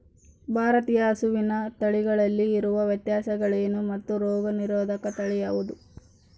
ಭಾರತೇಯ ಹಸುವಿನ ತಳಿಗಳಲ್ಲಿ ಇರುವ ವ್ಯತ್ಯಾಸಗಳೇನು ಮತ್ತು ರೋಗನಿರೋಧಕ ತಳಿ ಯಾವುದು?